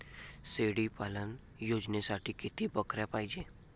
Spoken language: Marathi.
शेळी पालन योजनेसाठी किती बकऱ्या पायजे?